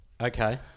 Okay